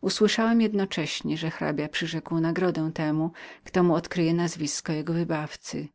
usłyszałem oraz że hrabia przyrzekł sto sztuk złota nagrody temu kto mu odkryje nazwisko jego wybawcy